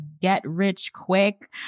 get-rich-quick